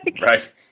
Right